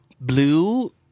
blue